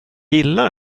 gillar